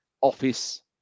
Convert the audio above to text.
office